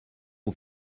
aux